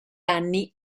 anni